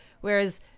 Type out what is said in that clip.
whereas